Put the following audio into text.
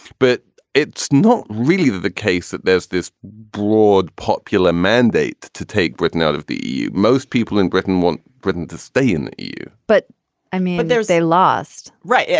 but it's not really the case that there's this broad popular mandate to take britain out of the eu. most people in britain want britain to stay in the eu but i mean, there's a lost right. yeah